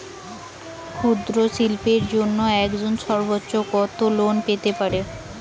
ক্ষুদ্রশিল্পের জন্য একজন সর্বোচ্চ কত লোন পেতে পারে?